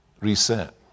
reset